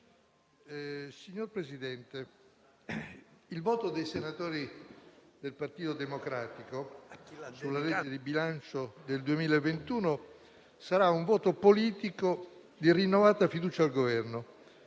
Signor Presidente, il voto dei senatori del Partito Democratico sul disegno di legge di bilancio del 2021 sarà un voto politico di rinnovata fiducia al Governo